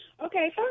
Okay